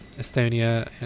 Estonia